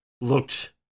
looked